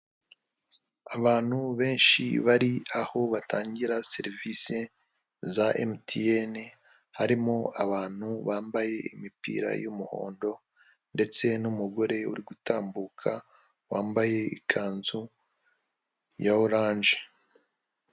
Abantu benshi batandukanye bamwe baricaye abandi barahagaze umwe muri bo afite ibendera rifite amabara atatu atandukanye, harimo ibara ry'ubururu, ibara ry'umuhondo, n'ibara ry'icyatsi kibisi.